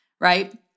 right